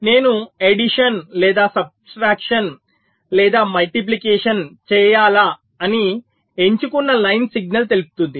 నేను ఎడిషన్ లేదా సబ్ట్రాక్షన్ లేదా మల్టిప్లికేషన్ చేయాలా అని ఎంచుకున్న లైన్ సిగ్నల్ తెలుపుతుంది